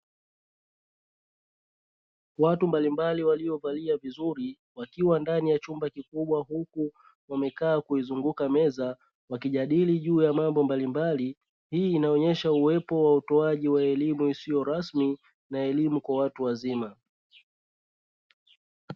Watu mbalimbali waliovalia vizuri wakiwa ndani ya chumba kikubwa huku wamekaa kuzunguka meza walijadili juu ya mambo mbalimbali, hii inaonyesha uwepo wa utoaji wa elimu isiyo rasmi na elimu kwa watu wazima.